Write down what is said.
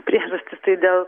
priežastys tai dėl